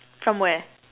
from where